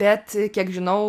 bet kiek žinau